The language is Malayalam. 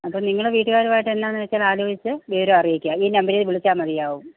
അപ്പോൾ നിങ്ങൾ വീട്ടുകാരും ആയിട്ട് എന്താന്ന് വെച്ചാൽ അലോചിച്ച് വിവരം അറിയിക്കുക ഈ നമ്പരീൽ വിളിച്ചാൽ മതിയാവും